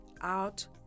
out